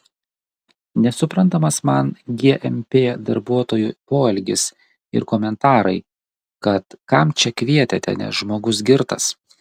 nesuprantamas man gmp darbuotojų poelgis ir komentarai kad kam čia kvietėte nes žmogus girtas